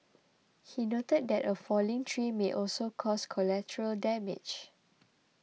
he noted that a falling tree may also cause collateral damage